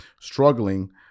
struggling